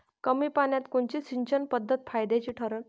कमी पान्यात कोनची सिंचन पद्धत फायद्याची ठरन?